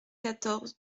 quatorze